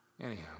Anyhow